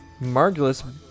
Margulis